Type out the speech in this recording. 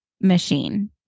machine